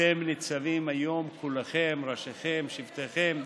"אתם נצבים היום כלכם, ראשיכם, שבטיכם,